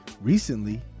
recently